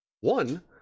One